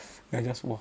then I just like !wah!